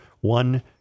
one